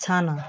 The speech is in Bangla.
ছানা